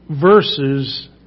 verses